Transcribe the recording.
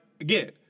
again